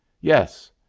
yes